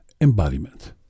Embodiment